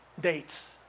dates